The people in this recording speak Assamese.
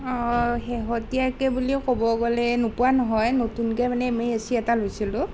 শেহতীয়াকৈ বুলি ক'ব গ'লে নোপোৱা নহয় নতুনকে মানে আমি এচি এটা লৈছিলোঁ